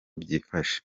byifashe